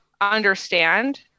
understand